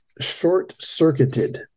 short-circuited